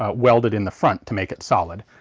ah welded in the front to make it solid.